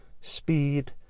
speed